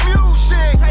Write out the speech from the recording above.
Music